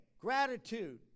Gratitude